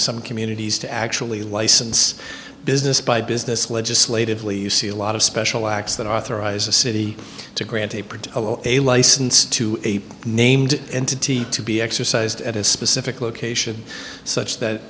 some communities to actually license business by business legislatively you see a lot of special acts that authorize a city to grant a part of a license to a named entity to be exercised at a specific location such that